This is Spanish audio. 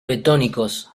bentónicos